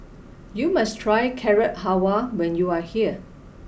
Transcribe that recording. you must try Carrot Halwa when you are here